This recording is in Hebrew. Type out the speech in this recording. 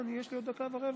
יש לי עוד דקה ורבע.